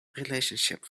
relationship